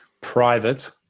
private